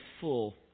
full